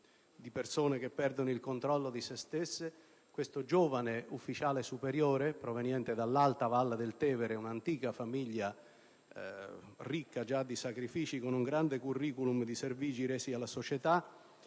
di persone che perdono il controllo di se stesse. Questo giovane ufficiale superiore, proveniente dall'alta Valle del Tevere, da un'antica famiglia, già ricca di sacrifici, con un grande *curriculum* di servigi resi alla società,